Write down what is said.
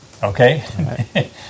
Okay